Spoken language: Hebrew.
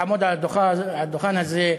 לעמוד על הדוכן הזה,